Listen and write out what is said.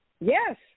Yes